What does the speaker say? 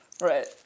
Right